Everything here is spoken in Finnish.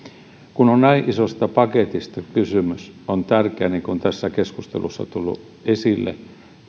kun on näin isosta paketista kysymys on tärkeää niin kuin tässä keskustelussa on tullut esille